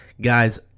Guys